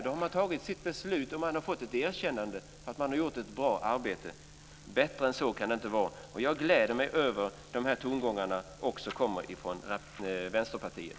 Då har man tagit sitt beslut, och man har fått ett erkännande för att man har gjort ett bra arbete. Bättre än så kan det inte vara. Jag gläder mig över att de här tongångarna också kommer från Vänsterpartiet.